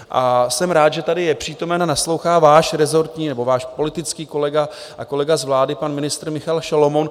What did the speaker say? A jsem rád, že tady je přítomen a naslouchá váš rezortní nebo váš politický kolega a kolega z vlády pan ministr Michal Šalomoun.